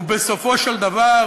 ובסופו של דבר,